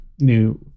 new